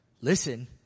Listen